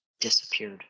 disappeared